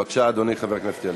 בבקשה, אדוני, חבר הכנסת ילין.